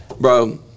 Bro